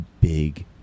big